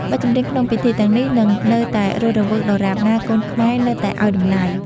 បទចម្រៀងក្នុងពិធីទាំងនេះ នឹងនៅតែរស់រវើកដរាបណាកូនខ្មែរនៅតែឱ្យតម្លៃ។